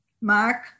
Mark